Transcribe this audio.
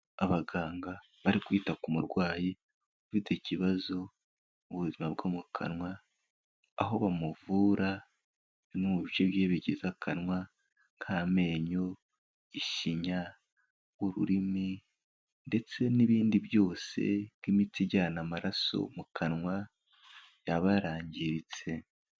Abaganga bari kwita ku murwayi ufite ikibazo mu buzima bwo mu kanwa, aho bamuvura, bimwe mu bice bye bigize akanwa, nk'amenyo, ishinya, ururimi, ndetse n'ibindi byose, nk'imitsi ijyana amaraso mu kanwa, yaba yarangiritse.